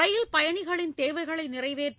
ரயில் பயணிகளின் தேவைகளை நிறைவேற்ற